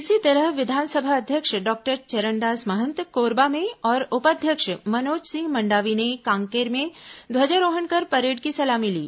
इसी तरह विधानसभा अध्यक्ष डॉक्टर चरणदास महंत कोरबा में और उपाध्यक्ष मनोज सिंह मण्डावी ने कांकेर में ध्वजारोहण कर परेड की सलामी ली